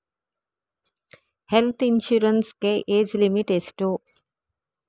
Health insurance ಗೆ age limit ಎಷ್ಟು?